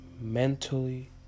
Mentally